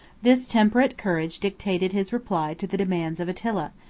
this temperate courage dictated his reply to the demands of attila,